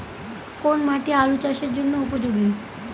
কোন মাটি আলু চাষের জন্যে উপযোগী?